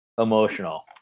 emotional